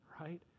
right